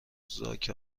زاک